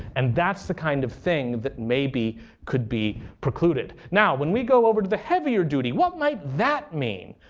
and that's the kind of thing that maybe could be precluded. now, when we go over to the heavier duty, what might that mean?